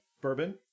bourbon